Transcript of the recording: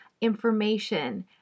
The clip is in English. information